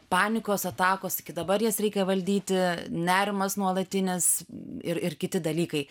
panikos atakos iki dabar jas reikia valdyti nerimas nuolatinis ir ir kiti dalykai